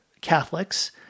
Catholics